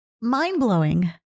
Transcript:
mind-blowing